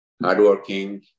Hardworking